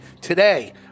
today